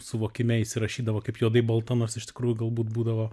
suvokime įsirašydavo kaip juodai balta nors iš tikrųjų galbūt būdavo